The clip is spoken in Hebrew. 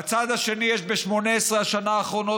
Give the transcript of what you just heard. בצד השני יש ב-18 השנה האחרונות,